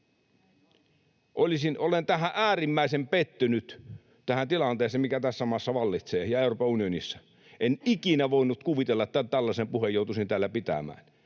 Olen äärimmäisen pettynyt tähän tilanteeseen, mikä tässä maassa ja Euroopan unionissa vallitsee. En ikinä voinut kuvitella, että tällaisen puheen joutuisin täällä pitämään.